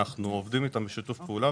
אנחנו עובדים איתם בשיתוף פעולה,